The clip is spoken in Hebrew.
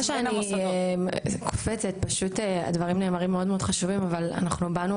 שאני קופצת אבל נאמרים פה הרבה דברים חשובים אבל אנחנו הרבה